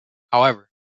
however